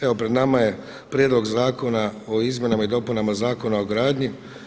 Evo pred nama je Prijedlog zakona o izmjenama i dopunama Zakona o gradnji.